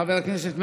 חבר הכנסת מרגי,